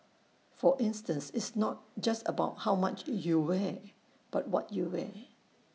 for instance it's not just about how much you wear but what you wear